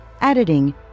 editing